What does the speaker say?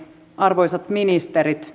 arvoisat ministerit